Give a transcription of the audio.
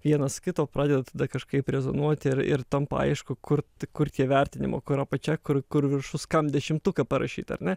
vienas kito pradeda tada kažkaip rezonuoti ir ir tampa aišku kur kur tie įvertinimo kur apačia kur kur viršus kam dešimtuką parašyt ar ne